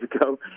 ago